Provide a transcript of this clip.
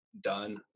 done